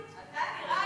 זה בא מזה, לא, הוא שובב.